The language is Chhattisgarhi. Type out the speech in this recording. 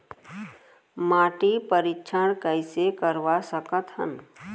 माटी परीक्षण कइसे करवा सकत हन?